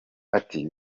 ati